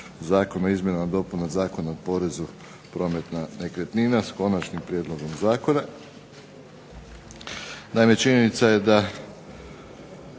zakona o izmjenama i dopunama Zakona o porezu prometa nekretnina sa konačnim prijedlogom zakona. Naime, činjenica je da